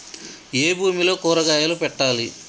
ఏ భూమిలో కూరగాయలు పెట్టాలి?